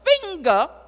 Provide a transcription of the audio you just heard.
finger